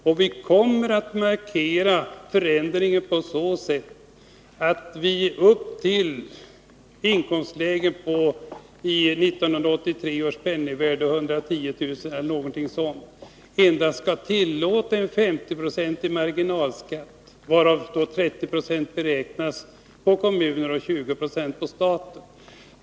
Förändringen markeras på så sätt, att vi för inkomstlägen på upp till ca 110 000 kronor, räknat i 1983 års penningvärde, skall tillåta endast en 50-procentig marginalskatt, varav 30 procentenheter beräknas på kommuner och 20 på staten.